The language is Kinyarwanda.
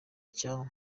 cya